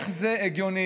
איך זה הגיוני